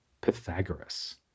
Pythagoras